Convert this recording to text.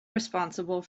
responsible